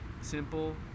simple